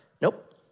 Nope